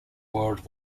world